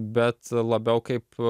bet labiau kaip